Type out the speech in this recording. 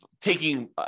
taking